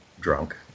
drunk